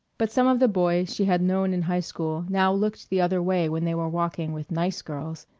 but some of the boys she had known in high school now looked the other way when they were walking with nice girls,